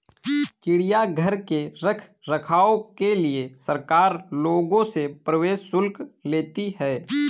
चिड़ियाघर के रख रखाव के लिए सरकार लोगों से प्रवेश शुल्क लेती है